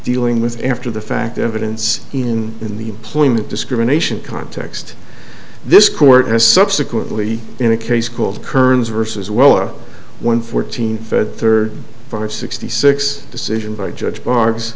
dealing with after the fact evidence in in the employment discrimination context this court has subsequently in a case called kearns vs wella one fourteen fed third for sixty six decision by judge barb